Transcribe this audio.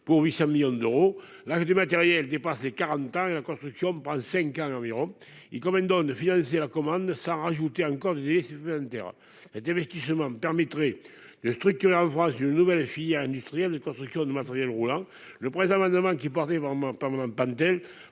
pour 800 millions d'euros. L'âge du matériel dépasse les quarante ans et la construction prend cinq ans environ. Il convient donc de financer la commande sans ajouter encore des délais supplémentaires. Cet investissement permettrait de structurer en France une nouvelle filière industrielle de construction de matériel roulant. Cet amendement, déposé par ma